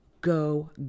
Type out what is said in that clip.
go